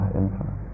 infinite